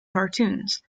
cartoons